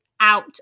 out